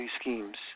schemes